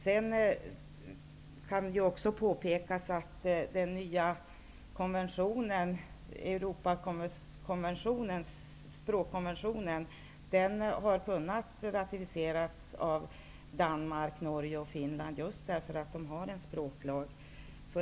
Det kan också påpekas att den nya europeiska språkkonventionen har kunnat ratificeras av Danmark, Norge och Finland just därför att de har en språklag.